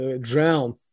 drown